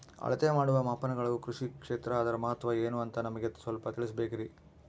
ಅಳತೆ ಮಾಡುವ ಮಾಪನಗಳು ಕೃಷಿ ಕ್ಷೇತ್ರ ಅದರ ಮಹತ್ವ ಏನು ಅಂತ ನಮಗೆ ಸ್ವಲ್ಪ ತಿಳಿಸಬೇಕ್ರಿ?